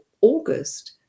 August